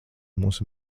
mūs